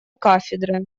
кафедры